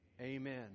Amen